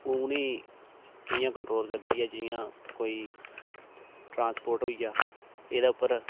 उ'नें गी कि'यां कंट्रोल करदी ऐ जि'यां कोई ट्रांसपोर्ट होई गेआ एह्दे उप्पर